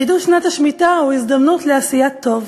חידוש שנת השמיטה הוא הזדמנות לעשיית טוב.